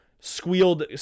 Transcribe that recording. squealed